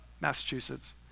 Massachusetts